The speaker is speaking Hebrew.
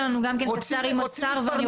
לעבוד, רוצים להתפרנס.